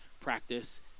practice